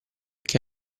che